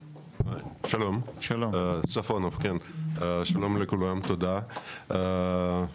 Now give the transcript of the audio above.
שלום, ספונוב, כן, שלום לכולם, תודה כבודו.